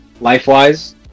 life-wise